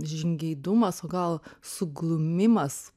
žingeidumas o gal suglumimas